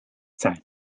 zeit